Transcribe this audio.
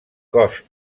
cos